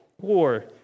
war